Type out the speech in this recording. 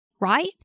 right